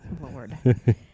Lord